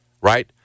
right